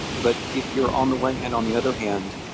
but if you're on the one hand, on the other hand,